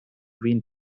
wind